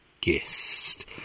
guest